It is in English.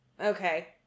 Okay